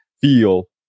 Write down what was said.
feel